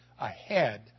ahead